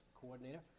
coordinator